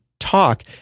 talk